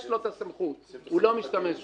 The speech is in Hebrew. יש לו את הסמכות, הוא לא משתמש בה.